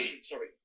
sorry